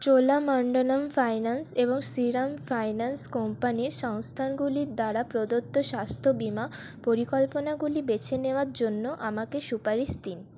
Cholamandalam finance এবং Shriram finance কোম্পানির সংস্থাগুলি দ্বারা প্রদত্ত স্বাস্থ্য বিমা পরিকল্পনাগুলি বেছে নেওয়ার জন্য আমাকে সুপারিশ দিন